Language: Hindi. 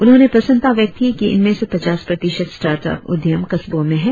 उन्होंने प्रसन्नता व्यक्त की कि इनमें से पचास प्रतिशत स्टार्टअप उद्यम कस्बों में है